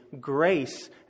grace